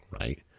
right